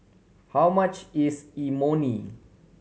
how much is Imoni